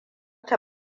ta